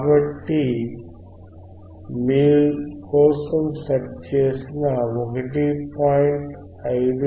కాబట్టి మీరు సెట్ చేసిన ఫ్రీక్వెన్సీని 1